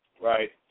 Right